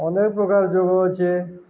ଅନେକ ପ୍ରକାର ଯୋଗ ଅଛେ